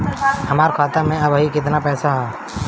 हमार खाता मे अबही केतना पैसा ह?